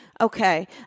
Okay